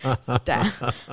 staff